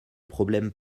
problèmes